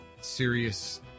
serious